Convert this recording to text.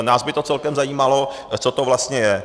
Nás by to celkem zajímalo, co to vlastně je.